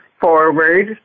forward